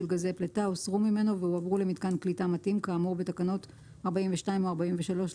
גזי פליטה הוסרו ממנו והועברו למיתקן קליטה מתאים כאמור בתקנות 42 או 43,